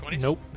Nope